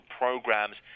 programs